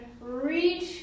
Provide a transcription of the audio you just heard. reach